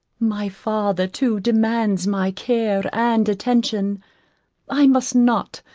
my father too demands my care and attention i must not,